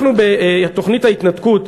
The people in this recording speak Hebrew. תוכנית ההתנתקות,